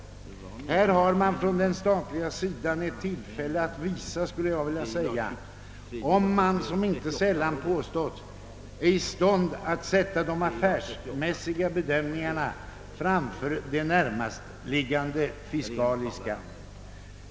Här kan den statliga sidan visa, om den såsom det inte sällan påståtts är i stånd att sätta de affärsmässiga bedömningarna framför de närmast liggande fiskaliska.